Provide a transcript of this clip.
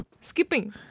Skipping